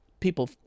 people